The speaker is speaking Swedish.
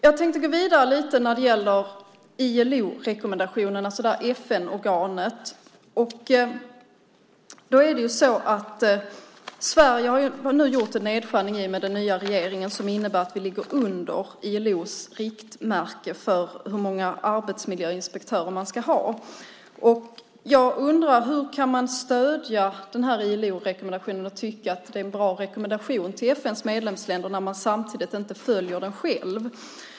Jag tänkte gå vidare lite när det gäller rekommendationen från ILO, alltså det här FN-organet. Sverige har nu gjort en nedskärning i och med den nya regeringen som innebär att vi ligger under ILO:s riktmärke för hur många arbetsmiljöinspektörer man ska ha. Jag undrar: Hur kan man stödja denna ILO-rekommendation och tycka att det är en bra rekommendation till FN:s medlemsländer när man samtidigt inte följer den själv?